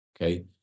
Okay